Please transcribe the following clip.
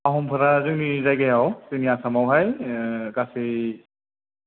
आहमफोरा जोंनि जायगायाव जोंनि आसामआवहाय गासै